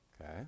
Okay